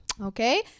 okay